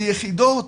ביחידות,